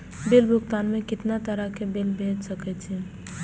Bill भुगतान में कितना तरह के बिल भेज सके छी?